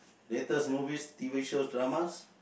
latest movies t_v shows dramas